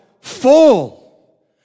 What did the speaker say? full